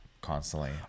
constantly